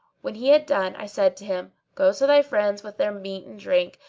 when he had done, i said to him, go to thy friends with their meat and drink,